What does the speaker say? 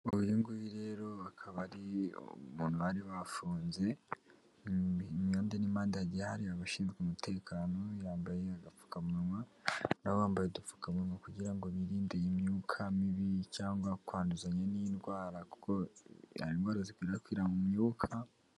Uyu nguyu rero bakaba ari umuntu bari bafunze impande n'impande hagiye hari abashinzwe umutekano yambaye agapfukamunwa n'abambaye udupfukamunwa kugira ngo birinde iyi myuka mibi cyangwa kwanduzanya n'indwara kuko hari indwara zikwirakwira mu myuka.